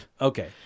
Okay